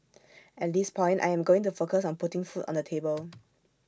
at this point I am going to focus on putting food on the table